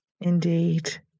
Indeed